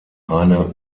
eine